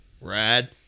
Rad